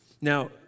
Now